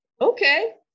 okay